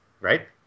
Right